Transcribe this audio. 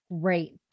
great